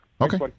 Okay